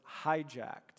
hijacked